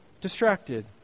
distracted